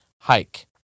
hike